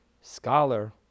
scholar